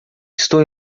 estou